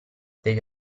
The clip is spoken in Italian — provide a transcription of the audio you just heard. devi